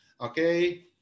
okay